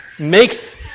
makes